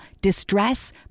distress